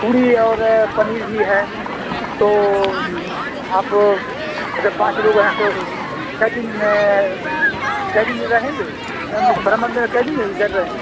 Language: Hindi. पूड़ी और पनीर भी है तो आप अगर पाँच लोग हैं तो कितने दिन कितने दिन रहेंगे भ्रमण में कितने दिन इधर रहेंगे